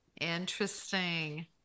Interesting